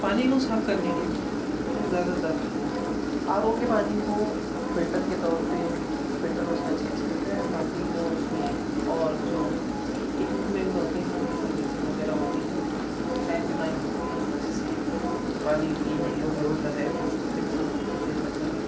پانی کو صاف کرنے کے لیے لوگ زیادہ تر آر او کے پانی کو فلٹر کے طور پہ ہم فلٹر اس کا چینج کرتے ہیں باقی جو اس میں اور جو اکویپمنٹ ہوتے ہیں ان کی سروسنگ وغیرہ ہوتی ہے ٹائم ٹو ٹائم ہوتی ہے اس وجہ سے وہ پانی پینے یوگیہ ہوتا ہے اور اس کو پھر استعمال میں لیا جاتا ہے